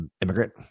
immigrant